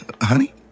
Honey